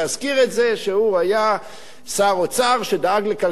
שהוא היה שר אוצר שדאג לכלכלת מדינת ישראל.